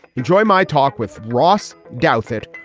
you join my talk with ross douthat,